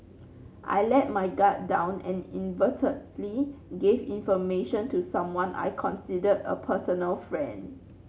I let my guard down and gave information to someone I considered a personal friend